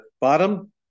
bottom